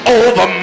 over